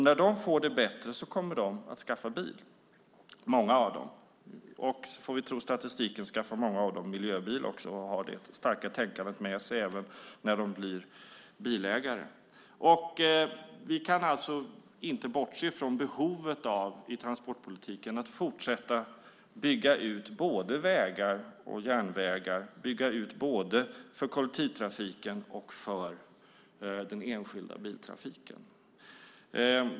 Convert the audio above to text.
När de får det bättre kommer många av dem att skaffa bil. Får vi tro statistiken skaffar många av dem dessutom miljöbil för att de har det starka tänkandet med sig även när de blir bilägare. Vi kan i transportpolitiken inte bortse från behovet av att fortsätta bygga ut både vägar och järnvägar och att fortsätta bygga ut för både kollektivtrafiken och den enskilda biltrafiken.